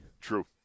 True